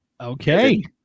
Okay